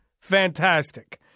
Fantastic